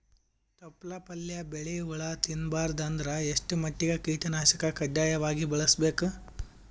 ತೊಪ್ಲ ಪಲ್ಯ ಬೆಳಿ ಹುಳ ತಿಂಬಾರದ ಅಂದ್ರ ಎಷ್ಟ ಮಟ್ಟಿಗ ಕೀಟನಾಶಕ ಕಡ್ಡಾಯವಾಗಿ ಬಳಸಬೇಕು?